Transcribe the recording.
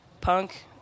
punk